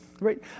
right